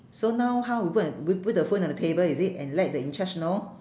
so now how we put and we put the phone on the table is it and let the in charge know